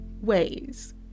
ways